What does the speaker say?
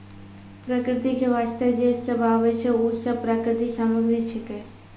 प्रकृति क वास्ते जे सब आबै छै, उ सब प्राकृतिक सामग्री छिकै